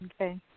Okay